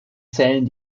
zählen